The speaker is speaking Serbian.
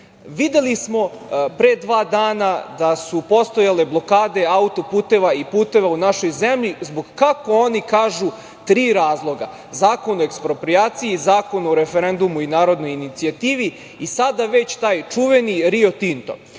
Videli smo pre dva dana da su postojale blokade auto-puteva i puteva u našoj zemlji zbog, kako oni kažu, tri razloga - Zakona o eksproprijaciji, Zakona o referendumu i narodnoj inicijativi i sada već taj čuveni "Rio